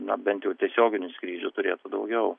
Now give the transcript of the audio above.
na bent jau tiesioginių skrydžių turėtų daugiau